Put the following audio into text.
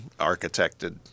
architected